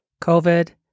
COVID